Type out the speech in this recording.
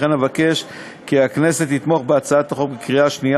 לכן אבקש כי הכנסת תתמוך בה בקריאה שנייה